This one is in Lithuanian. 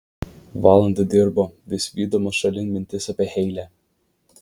valandą dirbo vis vydamas šalin mintis apie heile